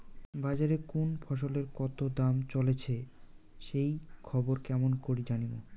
বাজারে কুন ফসলের কতো দাম চলেসে সেই খবর কেমন করি জানীমু?